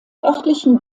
örtlichen